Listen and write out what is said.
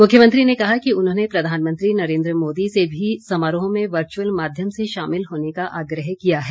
मुख्यमंत्री ने कहा कि उन्होंने प्रधानमंत्री नरेंद्र मोदी से भी समारोह में वर्चुअल माध्यम से शामिल होने का आग्रह किया है